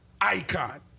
icon